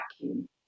vacuum